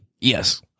Yes